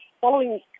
Following